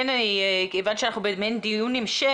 כיוון שאנחנו במעין דיון המשך,